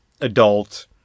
adult